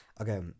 okay